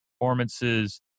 performances